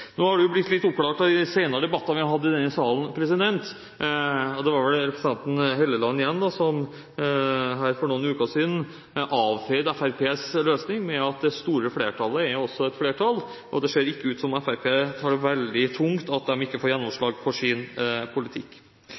Nå har dette blitt litt oppklart i de siste debattene vi har hatt her i salen. Det var vel representanten Helleland – igjen – som for noen uker siden avfeide Fremskrittspartiets løsning med at det store flertallet er også et flertall. Det ser ikke ut som om Fremskrittspartiet tar det veldig tungt at de ikke får gjennomslag for sin politikk.